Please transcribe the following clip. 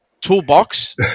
toolbox